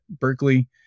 Berkeley